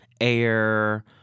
air